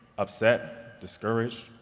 upset, discouraged,